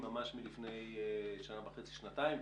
ממש מלפני שנה וחצי-שנתיים,